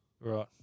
Right